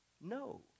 No